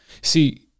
See